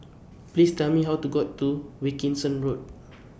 Please Tell Me How to get to Wilkinson Road